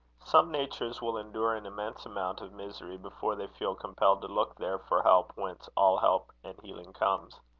some natures will endure an immense amount of misery before they feel compelled to look there for help, whence all help and healing comes.